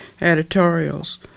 editorials